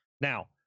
Now